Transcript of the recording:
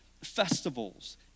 festivals